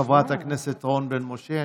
חברת הכנסת רון בן משה.